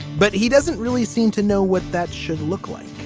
but he doesn't really seem to know what that should look like